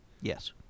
Yes